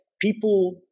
people